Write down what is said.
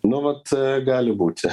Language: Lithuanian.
nu vat gali būti